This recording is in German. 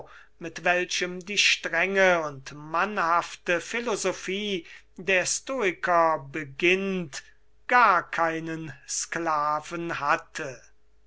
mit welchem die strenge und mannhafte philosophie der stoiker beginnt gar keinen sklaven hatte